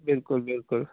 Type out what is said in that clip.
بلکُل بلکُل